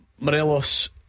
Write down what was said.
Morelos